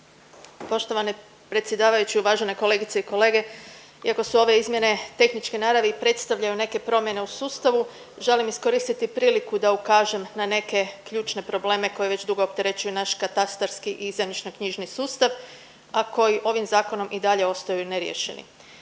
Poštovani predsjedavajući, uvažene kolegice i kolege iako su ove izmjene tehničke naravi predstavljaju neke promjene u sustavu. Želim iskoristiti priliku da ukažem na neke ključne probleme koji već dugo opterećuju naš katastarski i zemljišno-knjižni sustav, a koji ovim zakonom i dalje ostaju neriješeni.